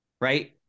Right